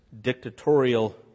dictatorial